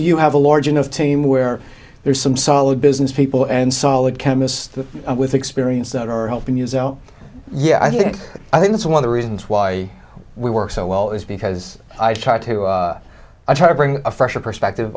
you have a large enough to him where there's some solid business people and solid chemists with experience that are helping you zero yeah i think i think that's one of the reasons why we work so well is because i try to i try to bring a fresh perspective